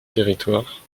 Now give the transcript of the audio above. territoires